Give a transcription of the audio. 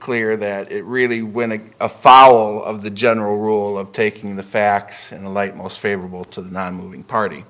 clear that it really winnick afoul of the general rule of taking the facts in the light most favorable to the nonmoving party